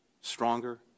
stronger